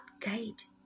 gate